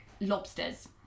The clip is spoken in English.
lobsters